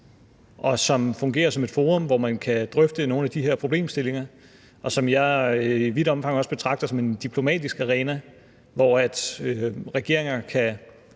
som fungerer som et forum, hvor man kan drøfte nogle af de her problemstillinger. Jeg betragter det i vidt omfang også som en diplomatisk arena, hvor regeringer